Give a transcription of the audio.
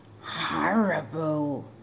horrible